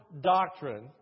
doctrine